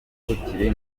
bukiri